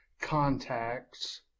contacts